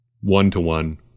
One-to-one